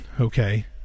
okay